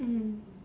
mm